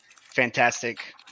fantastic